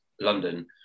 London